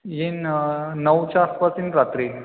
येईन नऊच्या आसपास येईन रात्री